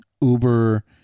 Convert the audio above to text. uber